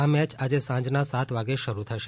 આ મેચ આજે સાંજના સાત વાગે શરુ થશે